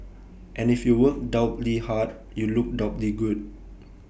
and if you work doubly hard you look doubly good